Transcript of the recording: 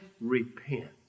repent